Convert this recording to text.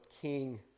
king